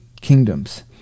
kingdoms